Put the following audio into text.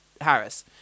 harris